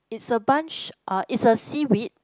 it's a bunch uh it's a seaweed